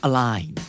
Align